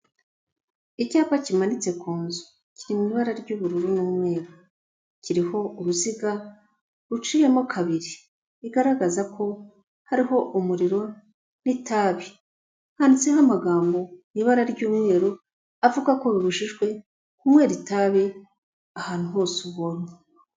Icyapa kimanitse ku nzu kiri mu ibara ry'ubururu n'umweru kiriho uruziga ruciyemo kabiri bigaragaza ko hariho umuriro n'itabi, handitse amagambo mu ibara ry'umweru avuga ko bibujijwe kunywera itabi ahantu hose ubunye.